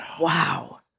Wow